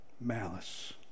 malice